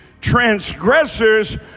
transgressors